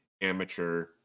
amateur